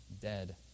dead